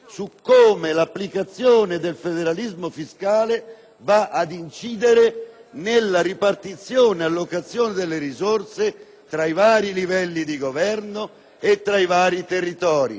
nella ripartizione e allocazione delle risorse tra i vari livelli di governo e i vari territori. Ebbene, tali simulazioni, come correttamente